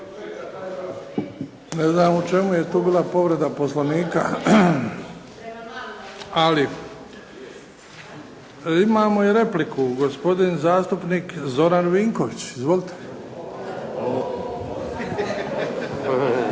Ne znam u čemu je tu bila povreda poslovnika, ali imamo i repliku, gospodin zastupnik Zoran Vinković. Izvolite.